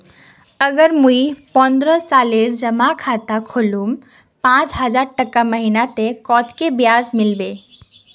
अगर मुई पन्द्रोह सालेर जमा खाता खोलूम पाँच हजारटका महीना ते कतेक ब्याज मिलबे?